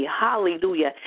hallelujah